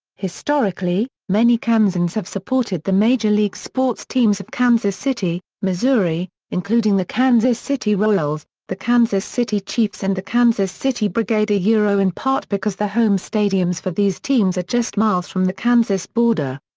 historically, many kansans have supported the major league sports teams of kansas city, missouri, including the kansas city royals, the kansas city chiefs and the kansas city brigade yeah in part because the home stadiums for these teams are just miles from the kansas border.